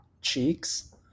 cheeks